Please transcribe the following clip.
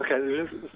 Okay